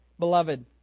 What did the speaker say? beloved